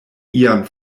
ian